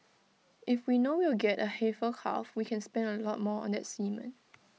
if we know we'll get A heifer calf we can spend A lot more on that semen